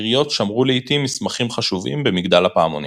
עיריות שמרו לעיתים מסמכים חשובים במגדל הפעמונים.